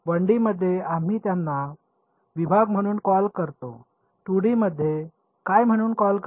1 D मध्ये आम्ही त्यांना विभाग म्हणून कॉल करतो 2 डी मध्ये काय म्हणून कॉल करू